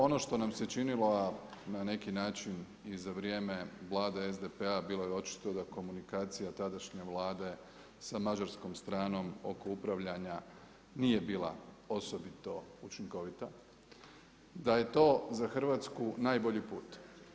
Ono što nam se činilo, a na neki način i za vrijeme vlade SDP-a bilo je očito da komunikacija tadašnje vlade sa mađarskom stranom oko upravljanja nije bila osobito učinkovita, da je to za Hrvatsku najbolji put.